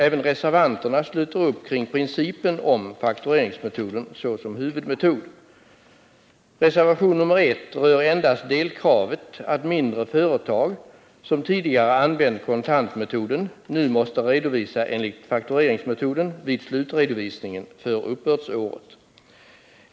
Även reservanterna sluter upp kring principen om faktureringsmetoden såsom huvudmetod. Reservation nr 1 rör endast delkravet att mindre företag, som tidigare använt kontantmetoden, nu måste redovisa enligt faktureringsmetoden vid slutredovisningen för uppbördsåret.